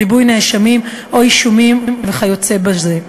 ריבוי נאשמים או אישומים וכיוצא בזה.